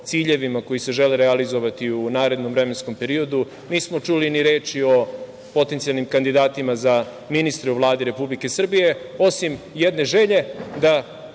koji se žele realizovati u narednom vremenskom periodu, nismo čuli ni reči o potencijalnim kandidatima za ministre u Vladi Republike Srbije, osim jedne želje, da